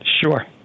Sure